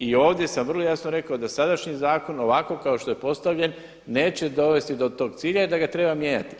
I ovdje sam vrlo jasno rekao da sadašnji zakon ovako kao što je postavljen neće dovesti do tog cilja i da ga treba mijenjati.